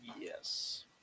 Yes